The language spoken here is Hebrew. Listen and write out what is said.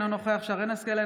אינו נוכח שרן מרים השכל,